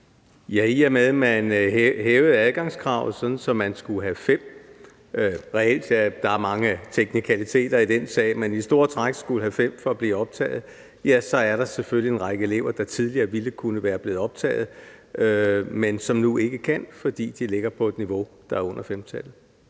I og med at adgangskravet blev hævet, så man skulle have 5 – der er mange teknikaliteter i den sag – men altså i store træk skulle have 5 for at blive optaget, så er der selvfølgelig en række elever, der tidligere ville kunne være blevet optaget, men som nu ikke kan, fordi de ligger på et niveau, der er under 5. Kl.